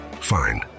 Fine